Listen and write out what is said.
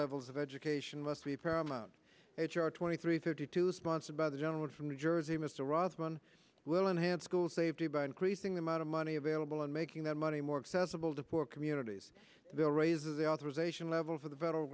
levels of education must be paramount h r twenty three thirty two sponsored by the gentleman from new jersey mr othman will enhance school safety by increasing the amount of money available and making that money more accessible to poor communities they will raise the authorization level for the federal